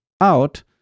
out